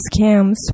scams